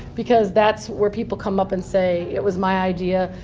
because that's where people come up and say it was my idea.